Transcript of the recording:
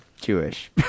Jewish